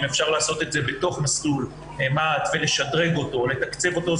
אם אפשר לעשות את זה בתוך מסלול מה"ט ולשדרג ולתקצב אותו,